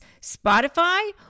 Spotify